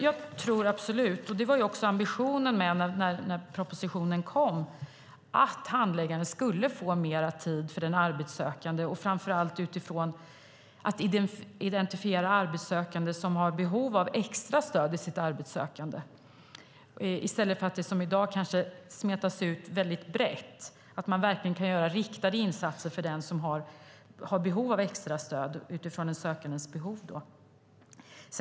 Jag tror absolut - och det var också ambitionen när propositionen kom - att handläggaren skulle få mer tid för den arbetssökande. Det gäller framför allt utifrån att identifiera arbetssökande som har behov av extra stöd i sitt arbetssökande, i stället för att det som i dag kanske smetas ut väldigt brett. Det handlar om att verkligen göra riktade insatser för den som har behov av extra stöd utifrån den sökandes behov.